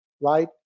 right